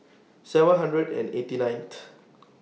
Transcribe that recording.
seven hundred and eighty nineth